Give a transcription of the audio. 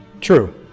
true